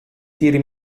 tiri